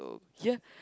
ya